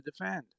defend